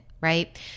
right